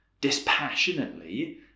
dispassionately